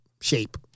shape